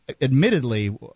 admittedly